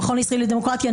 המכון הישראלי לדמוקרטיה,